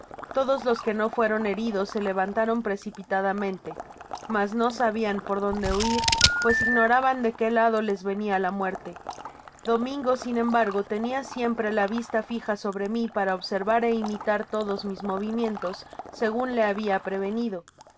todos los que no fueron heridos se levantaron precipitadamente mas no sabian por donde huir pues ignoraban de qué lado les venia la muerte domingo sin embargo tenia siempre la vista fija sobre mi para observar é imitar todos mis movimientos segun le habia prevenido